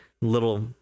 little